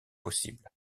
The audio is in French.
possible